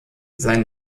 sein